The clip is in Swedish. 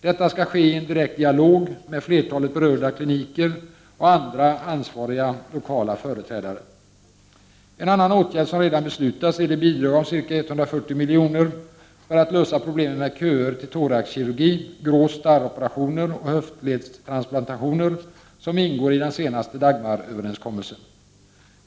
Detta skall ske i en direkt dialog med flertalet berörda kliniker och andra ansvariga lokala företrädare. En annan åtgärd som redan beslutats är det bidrag om ca 140 milj.kr. för att lösa problemen med köer till thoraxkirurgi, gråstarroperationer och höftledstransplantationer som ingår i den senaste Dagmaröverenskommelsen.